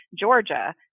Georgia